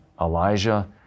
Elijah